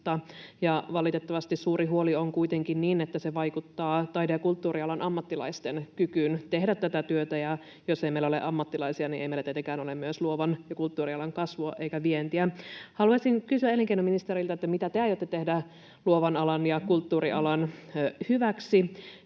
valitettavasti suuri huoli on kuitenkin, että se vaikuttaa taide- ja kulttuurialan ammattilaisten kykyyn tehdä tätä työtä. Jos meillä ei ole ammattilaisia, niin ei meillä tietenkään ole myöskään luovan ja kulttuurialan kasvua eikä vientiä. Haluaisin kysyä elinkeinoministeriltä: mitä te aiotte tehdä luovan alan ja kulttuurialan hyväksi?